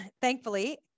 thankfully